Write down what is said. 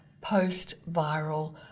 post-viral